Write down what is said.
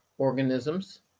organisms